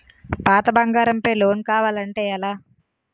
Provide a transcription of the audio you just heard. పాత బంగారం పై లోన్ కావాలి అంటే ఎలా?